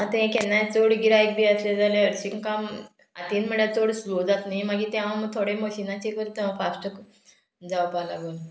आतां हे केन्नाय चड गिरायक बी आसलें जाल्यार हरशीं काम हातीन म्हळ्यार चड स्लो जातलें मागीर तें हांव थोडे मशिनाचे करता फास्ट जावपाक लागून